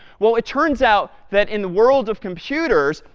well, it turns out that in the world of computers,